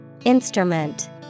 Instrument